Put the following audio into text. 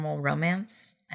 romance